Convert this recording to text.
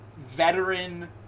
Veteran